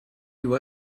you